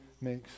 makes